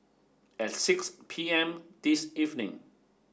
at six pm this evening